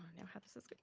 know how this is gonna